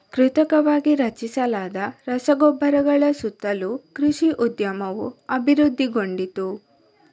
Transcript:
ಕೃತಕವಾಗಿ ರಚಿಸಲಾದ ರಸಗೊಬ್ಬರಗಳ ಸುತ್ತಲೂ ಕೃಷಿ ಉದ್ಯಮವು ಅಭಿವೃದ್ಧಿಗೊಂಡಿತು